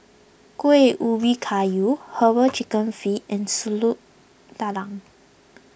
Kuih Ubi Kayu Herbal Chicken Feet and Su Lu Tulang